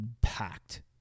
packed